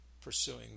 pursuing